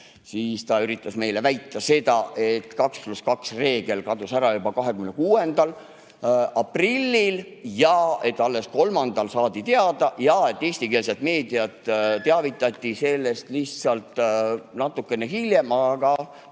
siis ta üritas meile väita, et 2 + 2 reegel kadus ära juba 26. aprillil ja alles 3. mail saadi teada ja eestikeelset meediat teavitati sellest lihtsalt natuke hiljem. Aga